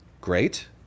Great